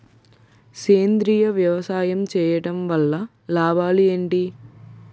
సేంద్రీయ వ్యవసాయం చేయటం వల్ల లాభాలు ఏంటి?